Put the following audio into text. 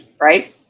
right